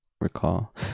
recall